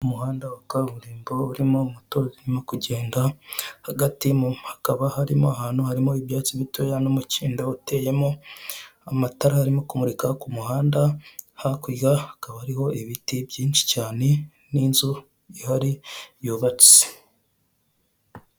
Umuhanda wa kaburimbo, urimo moto zirimo kugenda, hagati hakaba harimo ahantu harimo ibyatsi bitoya n'umukindo uteyemo, amatara arimo kumurika ku muhanda, hakurya hakaba hariho ibiti byinshi cyane n'inzu yubatse.